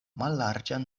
mallarĝan